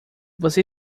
você